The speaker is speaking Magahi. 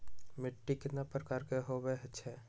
मिट्टी कतना प्रकार के होवैछे?